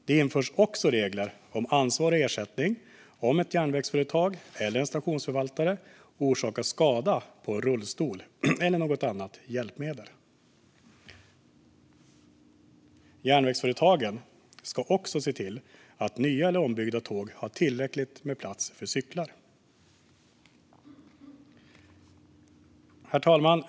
Det införs också regler om ansvar och ersättning om ett järnvägsföretag eller en stationsförvaltare orsakar skada på en rullstol eller något annat hjälpmedel. Järnvägsföretagen ska också se till att nya eller ombyggda tåg har tillräckligt med plats för cyklar. Herr talman!